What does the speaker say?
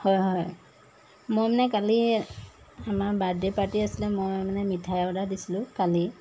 হয় হয় মই মানে কালি আমাৰ বাৰ্থডে' পাৰ্টি আছিলে মই মানে মিঠাই অৰ্ডাৰ দিছিলোঁ কালি